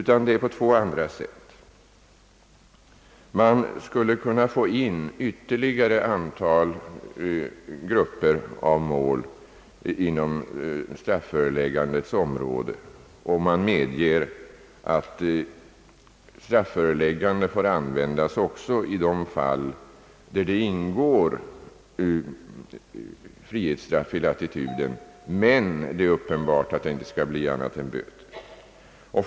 Man skulle för det första kunna föra in ett ytterligare antal grupper av mål inom straffföreläggandets område, om man samtidigt medger att strafföreläggandet får användas också i de fall där frihetsstraff ingår i latituden men det är uppenbart att det inte skall bli annat än böter.